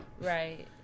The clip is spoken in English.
Right